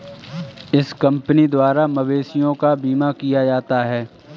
इस कंपनी द्वारा मवेशियों का बीमा किया जाता है